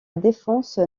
défense